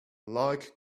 like